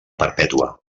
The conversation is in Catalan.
perpètua